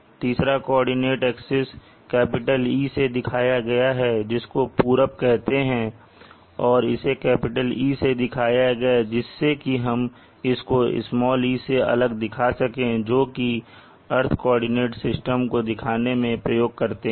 तीसरा coordinate axis "E" से दिखाया गया है जिसको पूरब कहते हैं और इसे कैपिटल E से दिखाया है जिससे कि हम इसको "e" से अलग दिखा सकें जोकि अर्थ कॉर्डिनेट सिस्टम को दिखाने मैं प्रयोग करते हैं